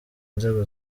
nzego